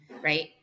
right